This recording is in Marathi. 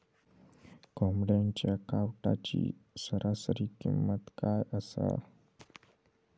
कोंबड्यांच्या कावटाची सरासरी किंमत काय असा?